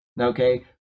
okay